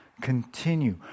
Continue